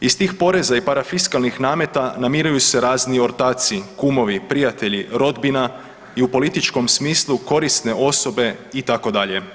Iz tih poreza i parafiskalnih nameta namiruju se razni ortaci, kumovi, prijatelji, rodbina i u političkom smislu, korisne osobe, itd.